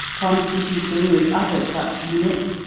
constituting, with other such units,